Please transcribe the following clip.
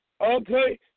Okay